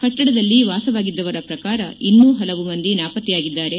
ಕಟ್ಟಡದಲ್ಲಿ ವಾಸವಾಗಿದ್ದವರ ಪ್ರಕಾರ ಇನ್ನು ಪಲವು ಮಂದಿ ನಾಪತ್ತೆಯಾಗಿದ್ದಾರೆ